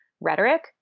rhetoric